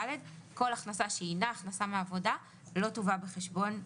כל הכנסה שאינה הכנסה מעבודה לא תובא בחשבון בכלל.